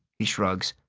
he shrugs.